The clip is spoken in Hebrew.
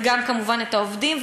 וגם כמובן את העובדים,